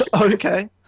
Okay